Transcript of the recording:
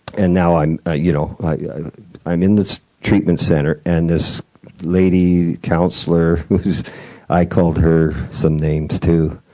and now i'm ah you know like i'm in this treatment center, and this lady counselor who's i called her some names, too,